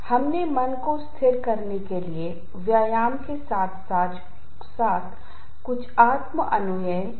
ये लोग उन लोगों की तुलना में तनाव के लिए कम संवेदनशील होते हैं जो महसूस करते हैं कि जो कुछ भी हो रहा है वह भाग्य संयोग और भगवान जैसी कुछ बाहरी शक्तियों द्वारा नियंत्रित होता है